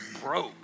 broke